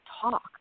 talk